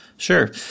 Sure